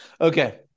Okay